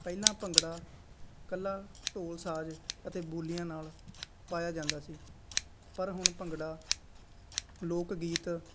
ਪਹਿਲਾਂ ਭੰਗੜਾ ਇਕੱਲਾ ਢੋਲ ਸਾਜ਼ ਅਤੇ ਬੋਲੀਆਂ ਨਾਲ ਪਾਇਆ ਜਾਂਦਾ ਸੀ ਪਰ ਹੁਣ ਭੰਗੜਾ ਲੋਕ ਗੀਤ